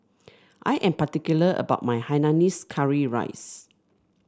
I am particular about my Hainanese Curry Rice